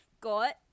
got